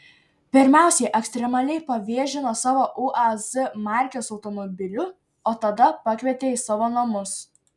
pirmiausia ekstremaliai pavėžino savo uaz markės automobiliu o tada pakvietė į savo namus